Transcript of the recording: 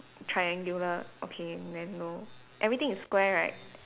triangular okay then no everything is square right